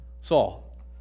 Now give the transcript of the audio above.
Saul